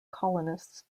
colonists